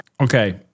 Okay